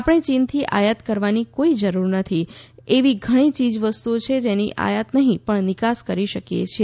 આપણે ચીનથી આયાત કરવાની કોઈ જરૂરત નથી એવી ઘણી ચીજવસ્તુઓ છે જેની આયાત નહીં પણ નિકાસ કરી શકીએ છીએ